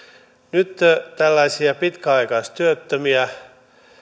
nyt erityisesti tällaisia pitkäaikaistyöttömiä